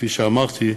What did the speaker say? כפי שאמרתי,